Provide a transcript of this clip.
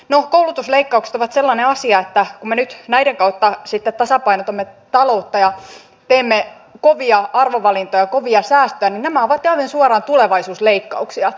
no koulutusleikkaukset ovat sellainen asia että kun me nyt näiden kautta sitten tasapainotamme taloutta ja teemme kovia arvovalintoja kovia säästöjä niin nämä ovat jälleen suoraan tulevaisuusleikkauksia